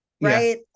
right